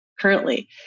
currently